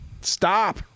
Stop